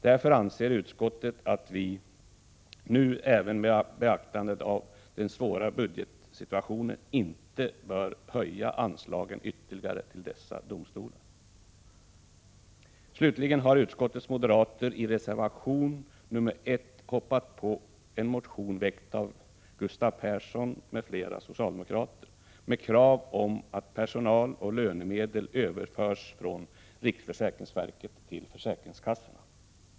Därför anser utskottet att vi nu, även med beaktande av den svåra budgetsituationen, inte ytterligare bör höja anslagen till dessa domstolar. Slutligen har utskottets moderater i reservation 1 hoppat på en motion väckt av Gustav Persson m.fl. med krav att personal och lönemedel överförs från riksförsäkringsverket till försäkringskassorna.